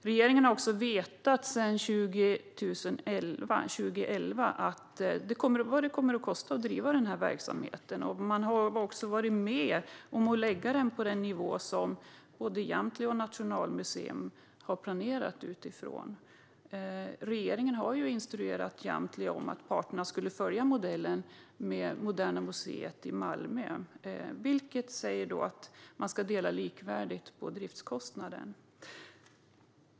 Regeringen har sedan 2011 vetat vad det kommer att kosta att driva den här verksamheten. Man har också varit med och lagt kostnaden på den nivå som både Jamtli och Nationalmuseum har planerat utifrån. Regeringen har ju instruerat Jamtli så att parterna ska följa modellen med Moderna museet i Malmö, vilket säger att driftskostnaderna ska delas lika.